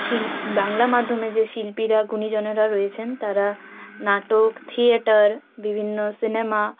শিল বাংলা মাধ্যমে যে শিল্পীরা গুণীজনেরা রয়েছেন তারা নাটক থিয়েটার বিভিন্ন সিনেমা